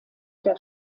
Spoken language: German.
der